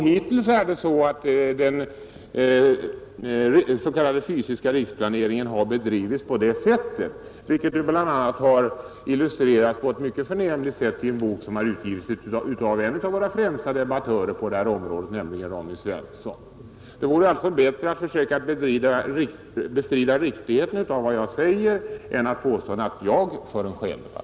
Hittills har den s.k.'fysiska riksplaneringen bedrivits på det sättet, vilket bl.a. har illustrerats på ett mycket förnämligt sätt i en bok som har utgivits av en av våra främsta debattörer på detta område, nämligen Ronny Svensson. Det vore alltså bättre att försöka bestrida riktigheten av vad jag säger än att påstå att jag för en skendebatt.